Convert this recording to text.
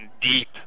deep